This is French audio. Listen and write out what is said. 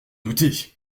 douter